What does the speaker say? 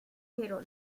pero